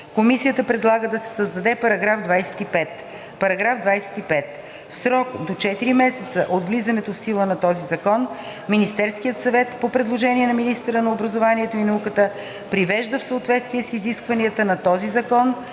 Комисията предлага да се създаде § 25: „§ 25. В срок до 4 месеца от влизането в сила на този закон Министерският съвет по предложение на министъра на образованието и науката привежда в съответствие с изискванията на този закон